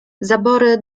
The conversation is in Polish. zabory